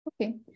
Okay